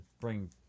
bring